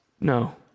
No